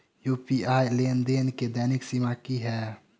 UPI लेनदेन केँ दैनिक सीमा की है?